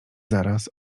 zaraz